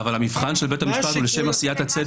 אבל המבחן של בית המשפט הוא לשם עשיית הצדק,